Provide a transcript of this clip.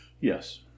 Yes